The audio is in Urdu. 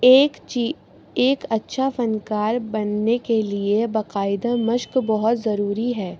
ایک چیز ایک اچھا فنکار بننے کے لیے باقاعدہ مشق بہت ضروری ہے